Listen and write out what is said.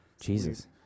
Jesus